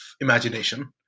imagination